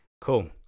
Cool